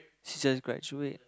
she just graduate